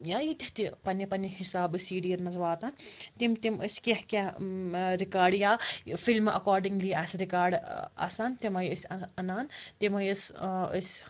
یا ییٖتیٛاہ تہِ پَننہِ پَننہِ حِسابہٕ أسۍ سی ڈی یَن منٛز واتان تِم تِم ٲسۍ کیٚنٛہہ کیٚنٛہہ رِکارڈ یا فِلمہٕ اکاڈِنٛگلی آسہٕ رِکارڈ آسان تِمَے ٲسۍ اَنان تِمَے ٲسۍ ٲں أسۍ